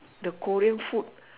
the korean food